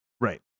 Right